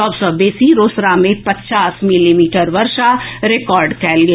सभ सॅ बेसी रोसड़ा मे पचास मिलीमीटर बर्षा रिकॉर्ड कयल गेल